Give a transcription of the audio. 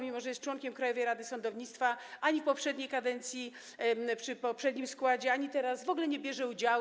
Mimo że jest członkiem Krajowej Rady Sądownictwa, ani w poprzedniej kadencji, przy poprzednim składzie, ani teraz w ogóle nie bierze udziału.